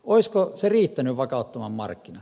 olisiko se riittänyt vakauttamaan markkinat